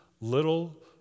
little